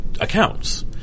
accounts